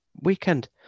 weekend